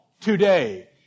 today